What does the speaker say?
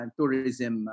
tourism